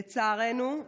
לצערנו,